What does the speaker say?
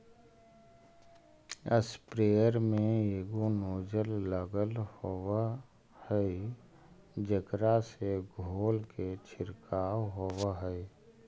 sprayer में एगो nozzle लगल होवऽ हई जेकरा से धोल के छिडकाव होवऽ हई